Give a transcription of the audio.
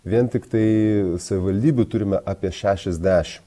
vien tiktai savivaldybių turime apie šešiasdešimt